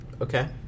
Okay